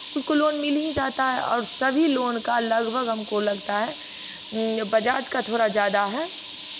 उसको लोन मिल ही जाता है और सभी लोन का लगभग हमको लगता है बजाज का थोड़ा ज़्यादा है